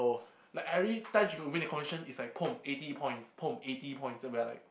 like every time you gonna win the competition is like pom eighty points pom eighty points then we are like